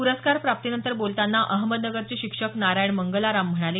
पुरस्कार प्राप्तीनंतर बोलतांना अहमदनगरचे शिक्षक नारायण मंगलाराम म्हणाले